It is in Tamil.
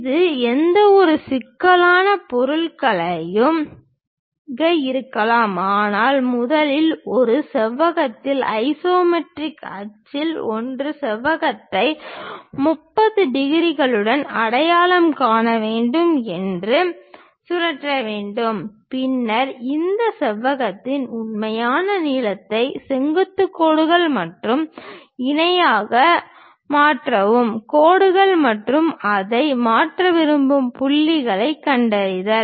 இது எந்தவொரு சிக்கலான பொருளாகவும் இருக்கலாம் ஆனால் முதலில் ஒரு செவ்வகத்தில் ஐசோமெட்ரிக் அச்சில் ஒன்று செவ்வகத்தை 30 டிகிரிகளுடன் அடையாளம் காண வேண்டும் என்று சுழற்ற வேண்டும் பின்னர் இந்த செவ்வகத்தின் உண்மையான நீளங்களை செங்குத்து கோடுகள் மற்றும் இணையாக மாற்றவும் கோடுகள் மற்றும் அதை மாற்ற விரும்பும் புள்ளிகளைக் கண்டறிதல்